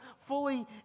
fully